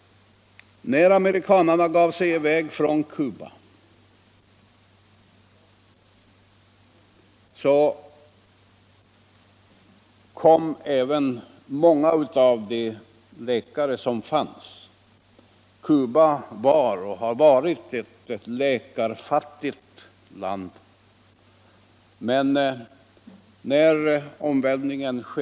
När amerikanerna gav sig i väg från Cuba och omvälvningen skedde gav sig även många av de läkare som fanns - Cuba har varit ett läkarfattigt land — i väg.